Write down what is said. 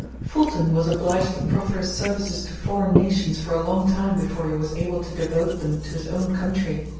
fulton was obliged to proffer his services to foreign nations for a long time before he was able to devote them to his own country.